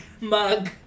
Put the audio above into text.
mug